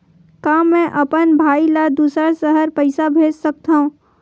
का मैं अपन भाई ल दुसर शहर पईसा भेज सकथव?